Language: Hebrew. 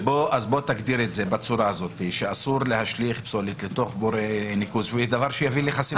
אז תגדיר שאסור להשליך פסולת לתוך בור ניקוז או דבר שיביא לחסימתו.